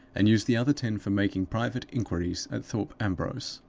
and use the other ten for making private inquiries at thorpe ambrose.